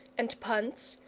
and punts,